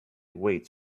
waits